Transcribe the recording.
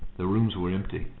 the rooms were empty.